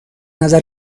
نظر